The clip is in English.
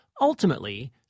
ultimately